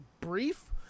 brief